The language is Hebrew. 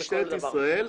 עדיף שלא, בכל דבר יש ויש.